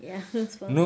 ya don't spoil